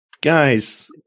Guys